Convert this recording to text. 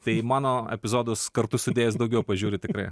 tai mano epizodus kartu sudėjus daugiau pažiūri tikrai